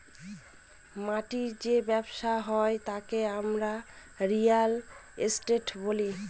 মাটির যে ব্যবসা হয় তাকে আমরা রিয়েল এস্টেট বলি